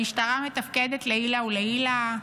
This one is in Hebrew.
המשטרה מתפקדת לעילא ולעילא?